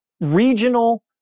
regional